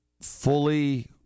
fully